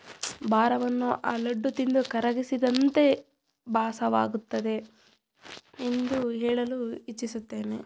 ಭಾರವನ್ನು ಆ ಲಡ್ಡು ತಿಂದು ಕರಗಿಸಿದಂತೆ ಭಾಸವಾಗುತ್ತದೆ ಎಂದು ಹೇಳಲು ಇಚ್ಛಿಸುತ್ತೇನೆ